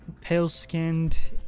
pale-skinned